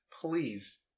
please